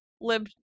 lib